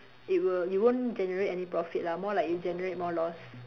it will you won't generate any profit lah more like you generate more loss